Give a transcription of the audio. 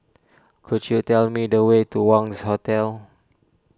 could you tell me the way to Wangz Hotel